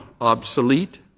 obsolete